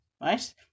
right